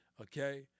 okay